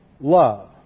love